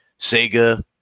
Sega